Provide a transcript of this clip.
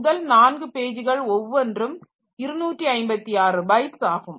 முதல் 4 பேஜ்கள் ஒவ்வொன்றும் 256 பைட்ஸ் ஆகும்